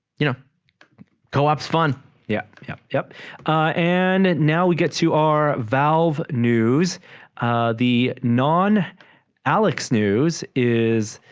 you know coops fun yeah yeah yep and now get to our valve news the nan alex news is